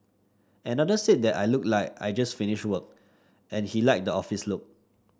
another said that I looked like I just finished work and he liked the office look